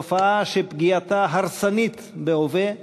תופעה שפגיעתה הרסנית בהווה,